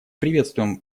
приветствуем